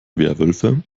werwölfe